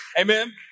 Amen